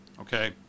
okay